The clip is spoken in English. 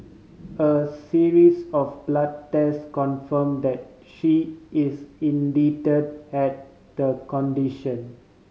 a series of blood test confirm that she is indeed had the condition